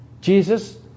Jesus